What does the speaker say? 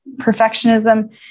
Perfectionism